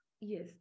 Yes